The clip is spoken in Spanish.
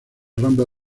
rumble